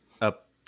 up